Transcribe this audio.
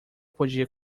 podia